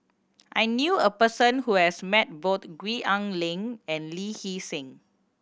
I knew a person who has met both Gwee Ah Leng and Lee Hee Seng